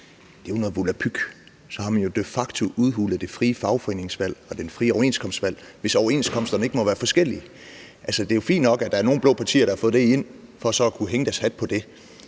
er jo noget volapyk. Så har man jo de facto udhulet det frie fagforeningsvalg og det frie overenskomstvalg, hvis overenskomsterne ikke må være forskellige. Det er jo fint nok, at der er nogle blå partier, der har fået det ind for så at kunne hænge deres hat på det,